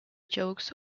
jokes